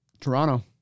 Toronto